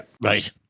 right